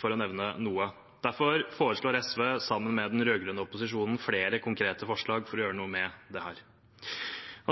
for å nevne noe. Derfor foreslår SV, sammen med den rød-grønne opposisjonen, flere konkrete forslag for å gjøre noe med dette.